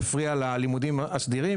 מפריע ללימודים הסדירים,